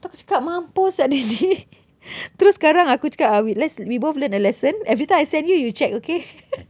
tu aku cakap mampus sia that day terus sekarang aku cakap uh we let's we both learned a lesson every time I send you you check okay